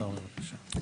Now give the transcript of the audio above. השר, בבקשה.